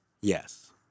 Yes